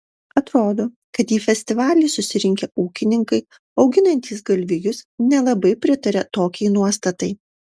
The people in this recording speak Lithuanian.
atrodo kad į festivalį susirinkę ūkininkai auginantys galvijus nelabai pritaria tokiai nuostatai